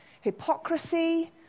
hypocrisy